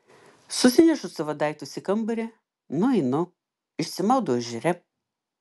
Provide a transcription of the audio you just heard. susinešu savo daiktus į kambarį nueinu išsimaudau ežere